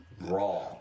raw